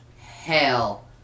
hell